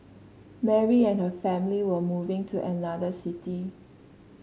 Mary and her family were moving to another city